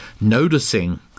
noticing